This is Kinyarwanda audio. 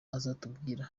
azatubwira